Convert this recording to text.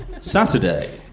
Saturday